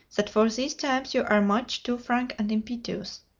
that, for these times, you are much too frank and impetuous.